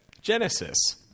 Genesis